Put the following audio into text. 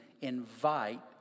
invite